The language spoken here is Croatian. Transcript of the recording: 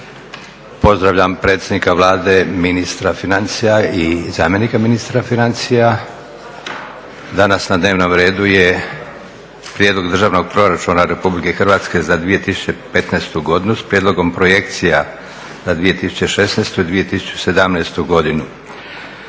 Pozdravljam predsjednika Vlade, ministra financija i zamjenika ministra financija. Danas na dnevnom redu je - Prijedlog državnog proračuna Republike Hrvatske za 2015. godinu, s prijedlogom projekcija za 2016. i 2017. godinu;